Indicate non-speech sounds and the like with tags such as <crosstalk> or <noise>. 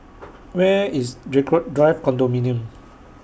<noise> Where IS Draycott Drive Condominium